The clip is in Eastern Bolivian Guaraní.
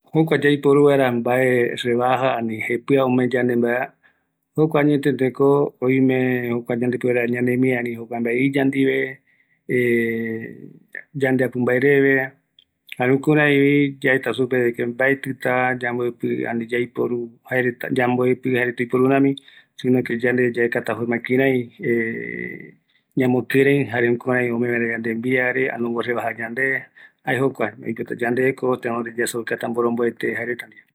Kua yaiporu vaera ombogueyi vaera yandeve jepɨ, jaeko yaesaukata supe mboromboete, jare yaeta supe oupitɨ pota yandeve yagua vaera ɨru yaipotague, jayave ipɨaakuata yandeve